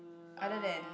other than